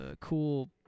cool